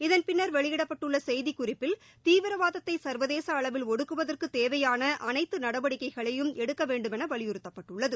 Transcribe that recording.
இதன் பின்னர் வெளியிடப்பட்டுள்ள செய்திக் குறிப்பில் தீவிரவாதத்தை சர்வதேச அளவில் ஒடுக்குவதற்கு தேவையான அனைத்து நடவடிக்கைகளையும் எடுக்க வேண்டுமென வலியுறுத்தப்பட்டுள்ளது